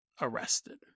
arrested